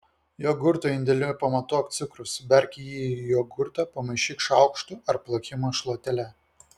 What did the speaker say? jogurto indeliu pamatuok cukrų suberk jį į jogurtą pamaišyk šaukštu ar plakimo šluotele